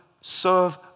serve